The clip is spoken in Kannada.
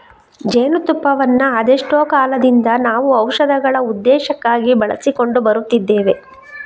ಜೇನು ತುಪ್ಪವನ್ನ ಅದೆಷ್ಟೋ ಕಾಲದಿಂದ ನಾವು ಔಷಧಗಳ ಉದ್ದೇಶಕ್ಕಾಗಿ ಬಳಸಿಕೊಂಡು ಬರುತ್ತಿದ್ದೇವೆ